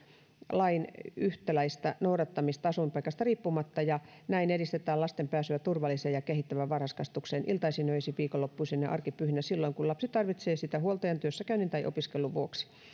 lain yhtäläistä noudattamista asuinpaikasta riippumatta ja näin edistetään lapsen pääsyä turvalliseen ja kehittävään varhaiskasvatukseen iltaisin öisin viikonloppuisin ja arkipyhinä silloin kun lapsi tarvitsee sitä huoltajan työssäkäynnin tai opiskelun vuoksi